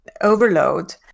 overload